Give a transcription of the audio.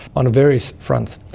on various fronts,